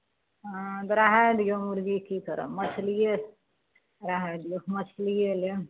हँ रहय दियौ मुरगी की करब मछलिए रहय दियौ मछलिए लेब